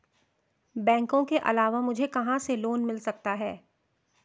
बैंकों के अलावा मुझे कहां से लोंन मिल सकता है?